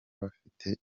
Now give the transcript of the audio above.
bafite